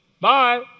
Bye